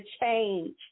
change